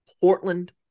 Portland